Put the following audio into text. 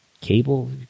cable